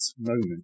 moment